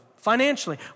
Financially